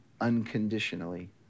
unconditionally